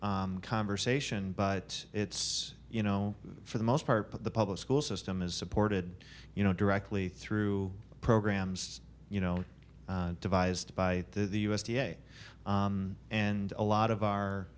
conversation but it's you know for the most part but the public school system is supported you know directly through programs you know devised by the u s d a and a lot of our